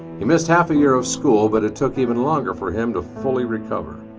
he missed half a year of school but it took even longer for him to fully recover.